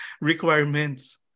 requirements